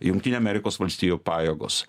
jungtinių amerikos valstijų pajėgos